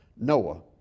Noah